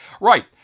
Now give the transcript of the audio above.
Right